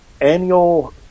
annual